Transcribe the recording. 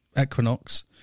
Equinox